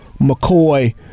McCoy